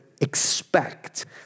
expect